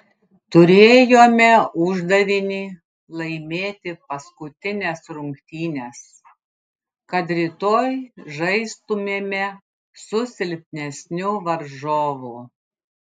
turėjome uždavinį laimėti paskutines rungtynes kad rytoj žaistumėme su silpnesniu varžovu